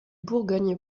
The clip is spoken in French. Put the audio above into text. bourgogne